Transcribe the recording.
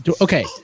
Okay